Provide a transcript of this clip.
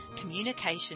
communication